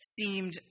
seemed